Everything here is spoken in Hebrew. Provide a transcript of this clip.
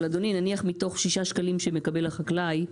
אבל נניח מתוך שישה שקלים שמקבל החקלאי,